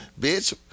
bitch